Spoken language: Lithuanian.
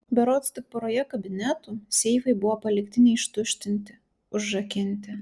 berods tik poroje kabinetų seifai buvo palikti neištuštinti užrakinti